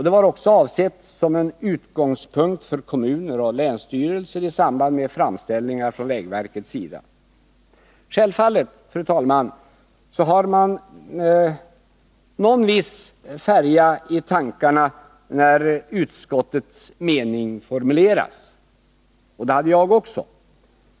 Det var också avsett som en utgångspunkt för kommuner och länsstyrelser i samband med framställningar från vägverkets sida. Självfallet hade man, fru talman, någon viss färja i tankarna när utskottets mening formulerades. Det hade jag också.